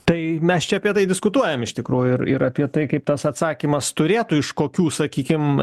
tai mes čia apie tai diskutuojam iš tikrųjų ir ir apie tai kaip tas atsakymas turėtų iš kokių sakykim